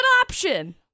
option